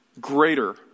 greater